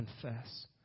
Confess